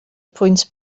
pwynt